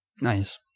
Nice